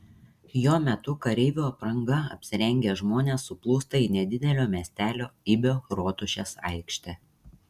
jo metu kareivių apranga apsirengę žmonės suplūsta į nedidelio miestelio ibio rotušės aikštę